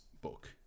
book